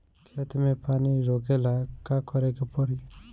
खेत मे पानी रोकेला का करे के परी?